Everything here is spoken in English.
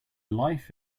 life